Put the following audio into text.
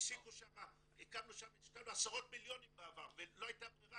השקענו שם עשרות מיליונים בעבר ולא הייתה ברירה,